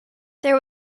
there